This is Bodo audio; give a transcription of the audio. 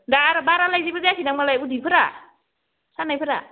दा आरो बारालाय जेबो जायाखैदां उदैफोरा सानायफोरा